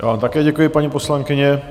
Já vám také děkuji, paní poslankyně.